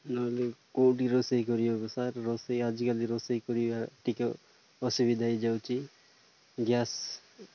ନହେଲେ କେଉଁଠି ରୋଷେଇ କରିହେବ ସାର୍ ରୋଷେଇ ଆଜିକାଲି ରୋଷେଇ କରିବା ଟିକିଏ ଅସୁବିଧା ହୋଇଯାଉଛି ଗ୍ୟାସ୍